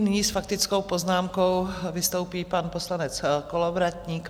Nyní s faktickou poznámkou vystoupí pan poslanec Kolovratník.